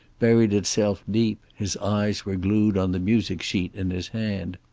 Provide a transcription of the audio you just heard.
buried itself deep his eyes were glued on the music sheet in his hand.